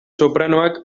sopranoak